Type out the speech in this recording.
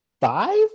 five